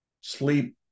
Sleep